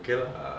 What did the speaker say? okay lor uh